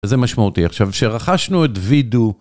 זה משמעותי. עכשיו, שרכשנו את Vdoo....